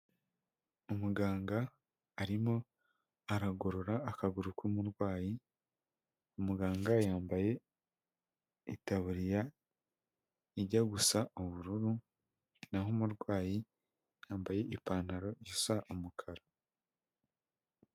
Umuganga arimo aragorora akaguru k'umurwayi, umuganga yambaye itabuririya ijya gusa ubururu naho umurwayi yambaye ipantaro isa umukara.